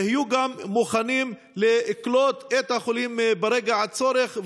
יהיו מוכנים לקלוט את החולים ברגע הצורך,